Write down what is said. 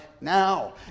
now